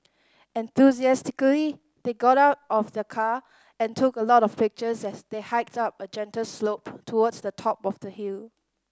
enthusiastically they got out of the car and took a lot of pictures as they hiked up a gentle slope towards the top of the hill